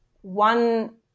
one